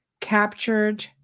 captured